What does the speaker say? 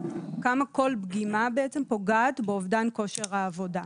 כמה כל פגימה פוגעת באובדן כושר העבודה.